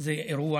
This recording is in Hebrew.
שזה אירוע